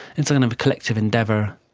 it's kind of a collective endeavour.